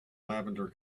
lavender